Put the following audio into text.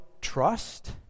trust